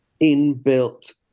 inbuilt